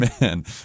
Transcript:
Man